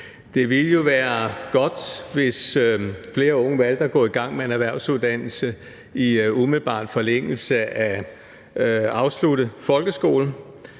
Det ville jo være godt, hvis flere unge valgte at gå i gang med en erhvervsuddannelse i umiddelbar forlængelse af afsluttet folkeskole,